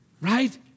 Right